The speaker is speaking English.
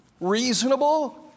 reasonable